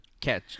catch